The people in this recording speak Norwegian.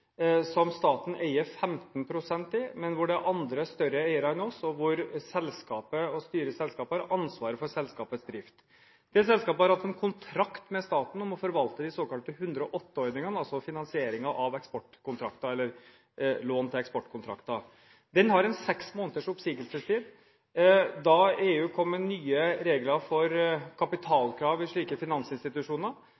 som staten eier 15 pst. i, men hvor det er andre, større eiere enn oss, og hvor selskapet og styret i selskapet har ansvaret for selskapets drift. Selskapet har hatt en kontrakt med staten om å forvalte den såkalte 108-ordningen, altså finansieringen av eksportkontrakter – eller lån til eksportkontrakter. Den har en seks måneders oppsigelsestid. Da EU kom med nye regler for